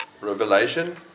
Revelation